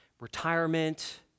retirement